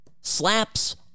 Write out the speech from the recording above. Slaps